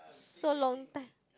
so long time